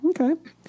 Okay